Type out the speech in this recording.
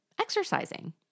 exercising